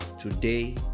today